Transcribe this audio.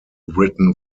written